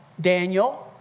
Daniel